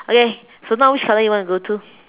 okay so now which color you want to go to